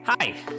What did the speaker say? Hi